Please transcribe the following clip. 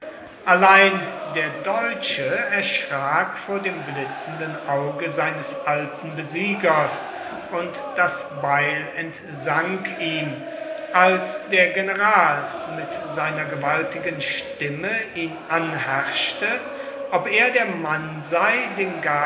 allein der deutsche erschrak vor dem blitzenden auge seines alten besiegers und das beil entsank ihm als der general mit seiner gewaltigen stimme ihn anherrschte ob er der mann sei den